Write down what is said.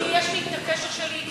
כי יש לי את הקשר שלי,